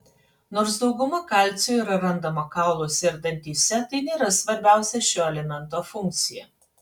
nors dauguma kalcio yra randama kauluose ir dantyse tai nėra svarbiausia šio elemento funkcija